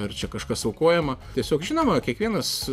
ar čia kažkas aukojama tiesiog žinoma kiekvienas